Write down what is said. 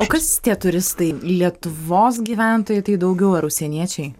o kas tie turistai lietuvos gyventojai tai daugiau ar užsieniečiai